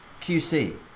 qc